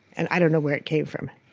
and i don't know where it came from.